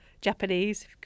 Japanese